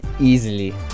Easily